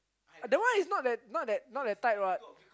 that one is not that not that not that type what